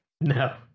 No